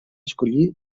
escollir